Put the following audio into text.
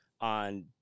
on